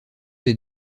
des